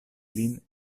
lin